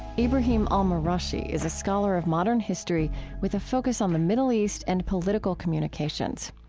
ibrahim al-marashi is a scholar of modern history with a focus on the middle east and political communications.